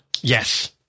Yes